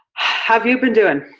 have you been doin'?